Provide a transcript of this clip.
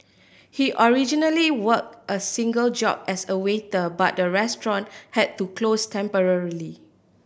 he originally worked a single job as a waiter but the restaurant had to close temporarily